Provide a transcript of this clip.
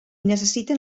necessiten